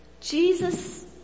Jesus